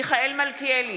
מיכאל מלכיאלי,